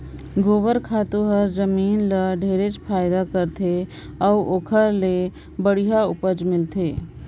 गोबर खातू हर जमीन ल ढेरे फायदा करथे अउ ओखर ले बड़िहा उपज मिलथे